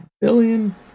billion